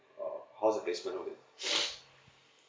or how is the placement of it